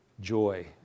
joy